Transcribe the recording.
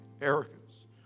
arrogance